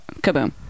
Kaboom